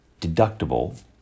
deductible